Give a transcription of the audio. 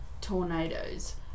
tornadoes